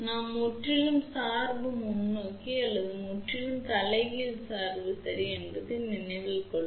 நாம் முற்றிலும் சார்பு முன்னோக்கி அல்லது முற்றிலும் தலைகீழ் சார்பு சரி என்பதை நினைவில் கொள்க